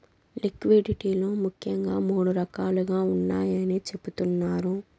liquidity లు ముఖ్యంగా మూడు రకాలుగా ఉన్నాయని చెబుతున్నారు